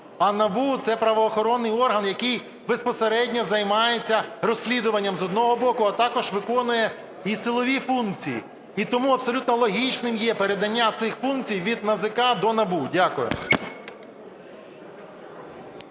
А НАБУ – це правоохоронний орган, який безпосередньо займається розслідуванням з одного боку, а також виконує і силові функції. І тому абсолютно логічним є передання цих функцій від НАЗК до НАБУ. Дякую.